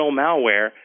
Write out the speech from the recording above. malware